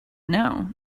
know